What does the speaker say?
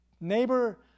neighbor